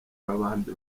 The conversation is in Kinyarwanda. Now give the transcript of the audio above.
b’abandi